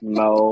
no